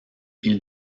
ils